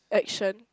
action